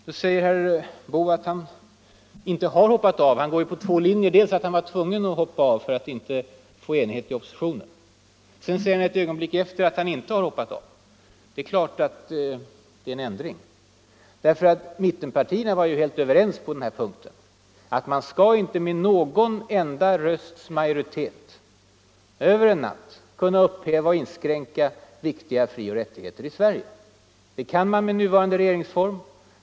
Då säger herr Boo att han inte har hoppat av. Han följer två olika linjer: först att han var tvungen att hoppa av för att inte få enighet i oppositionen, och sedan, ett ögonblick efteråt, att han inte har hoppat av. Det är klart att det är en ändring av centerns hållning. Mittenpartierna var på den här punkten helt överens om att man inte med någon enda rösts majoritet över en natt skulle kunna upphäva och inskränka viktiga frioch rättigheter i Sverige. Det kan man göra med nuvarande regeringsform.